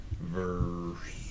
verse